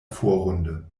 vorrunde